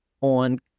On